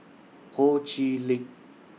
Ho Chee Lick